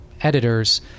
editors